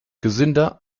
gesünder